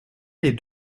les